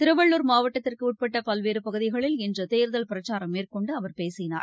திருவள்ளுர் மாவட்டத்திற்குஉட்பட்டபல்வேறுபகுதிகளில் இன்றுதேர்தல் பிரச்சாரம் மேற்கொண்டுஅவர் பேசினார்